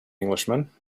englishman